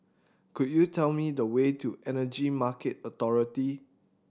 could you tell me the way to Energy Market Authority